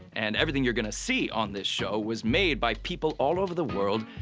and everything you're gonna see on this show was made by people all over the world,